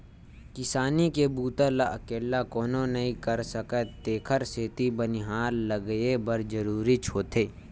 किसानी के बूता ल अकेल्ला कोनो नइ कर सकय तेखर सेती बनिहार लगये बर जरूरीच होथे